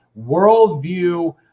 worldview